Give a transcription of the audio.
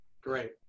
great